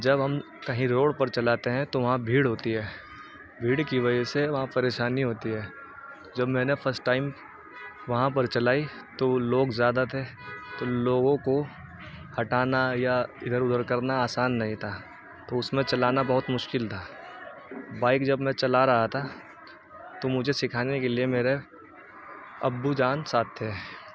جب ہم کہیں روڈ پر چلاتے ہیں تو وہاں بھیڑ ہوتی ہے بھیڑ کی وجہ سے وہاں پریشانی ہوتی ہے جب میں نے فسٹ ٹائم وہاں پر چلائی تو وہ لوگ زیادہ تھے تو لوگوں کو ہٹانا یا ادھر ادھر کرنا آسان نہیں تھا تو اس میں چلانا بہت مشکل تھا بائک جب میں چلا رہا تھا تو مجھے سکھانے کے لیے میرے ابو جان ساتھ تھے